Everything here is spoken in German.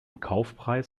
kaufpreis